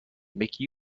make